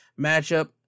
matchup